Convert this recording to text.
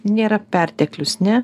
nėra perteklius ne